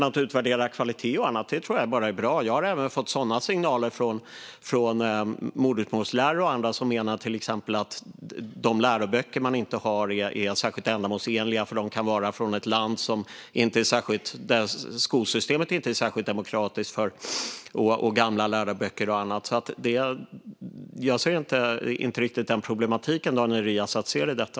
Att utvärdera kvalitet och annat tror jag bara är bra. Jag har även fått signaler från modersmålslärare och andra som menar att de läroböcker man har inte är särskilt ändamålsenliga. De kan vara från ett land där skolsystemet inte är särskilt demokratiskt, och läroböckerna kan vara gamla. Jag ser inte riktigt den problematik som Daniel Riazat ser i detta.